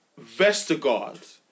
Vestergaard